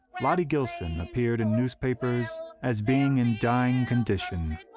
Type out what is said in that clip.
lottie gilson appeared in newspapers as being in dying condition.